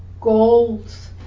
goals